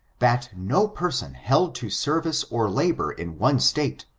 that no person held to service or labor in one state,